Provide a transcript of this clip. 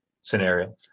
scenario